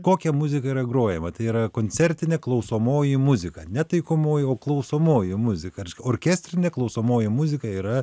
kokia muzika yra grojama tai yra koncertinė klausomoji muzika ne taikomoji o klausomoji muzika orkestrinė klausomoji muzika yra